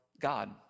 God